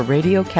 Radio